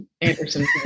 Anderson